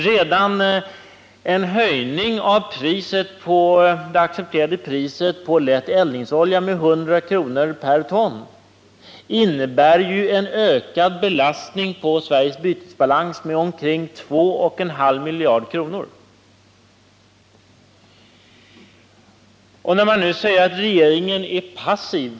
Redan en höjning av priset på olja med 100 kr. per ton innebär en ökad belastning på Sveriges bytesbalans med omkring 2,5 miljarder kronor. Man säger att regeringen är passiv.